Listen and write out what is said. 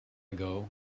ago